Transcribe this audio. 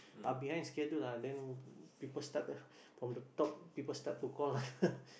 are behind schedule ah then people started from the top people start to call ah